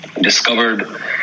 discovered